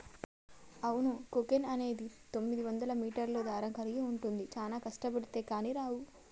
అవును కోకెన్ అనేది తొమ్మిదివందల మీటర్ల దారం కలిగి ఉంటుంది చానా కష్టబడితే కానీ రావు